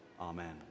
Amen